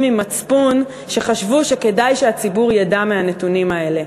עם מצפון שחשבו שכדאי שהציבור ידע מהנתונים האלה.